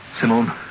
Simone